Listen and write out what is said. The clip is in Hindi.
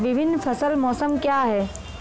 विभिन्न फसल मौसम क्या हैं?